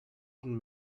been